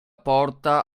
porta